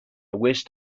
wished